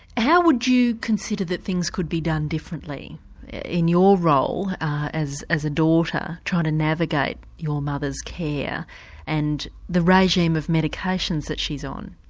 how would you consider that things could be done differently in your role as as a daughter trying to navigate your mother's care and the regime of medications that she's on?